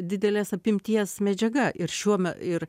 didelės apimties medžiaga ir šiuo ir